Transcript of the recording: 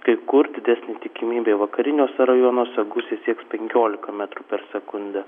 kai kur didesnė tikimybė vakariniuose rajonuose gūsiai sieks penkiolika metrų per sekundę